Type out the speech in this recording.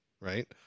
right